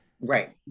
right